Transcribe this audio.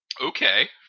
Okay